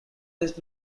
this